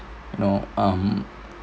no um